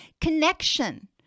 Connection